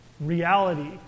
reality